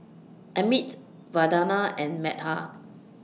Amit Vandana and Medha